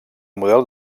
model